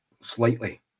slightly